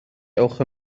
ewch